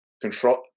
control